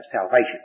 salvation